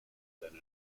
than